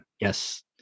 yes